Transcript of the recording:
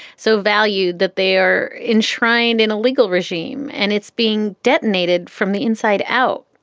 so valued, that they are enshrined in a legal regime and it's being detonated from the inside out.